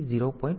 0 થી P0